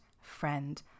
friend